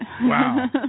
Wow